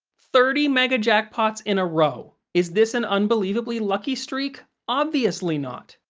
thirty mega jackpots in a row is this an unbelievably lucky streak? obviously not.